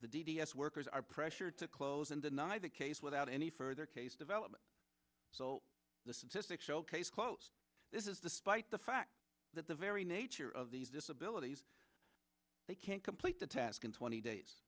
the d d s workers are pressured to close and deny the case without any further case development so the sophistic showcase quote this is despite the fact that the very nature of these disabilities they can't complete the task in twenty days